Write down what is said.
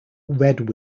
red